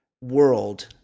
world